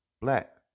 black